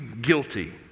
guilty